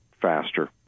faster